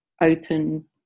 open